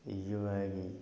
इ'यो ऐ कि